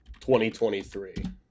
2023